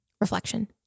Reflection